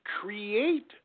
create